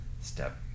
step